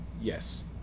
Yes